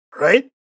Right